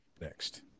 next